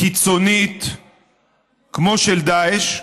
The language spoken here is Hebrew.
קיצונית כמו של דאעש,